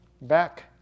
back